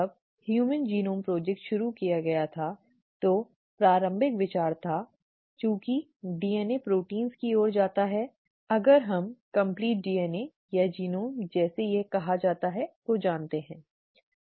जब human genome project शुरू किया गया था तो प्रारंभिक विचार था चूंकि डीएनए प्रोटीन की ओर जाता है अगर हम पूर्ण डीएनए या जीनोम जैसे यह कहा जाता है को जानते हैं ठीक